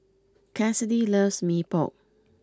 Kassidy loves Mee Pok